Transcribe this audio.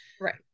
Right